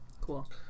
cool